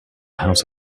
house